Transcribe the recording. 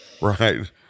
right